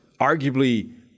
arguably